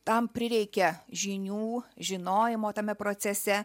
tam prireikia žinių žinojimo tame procese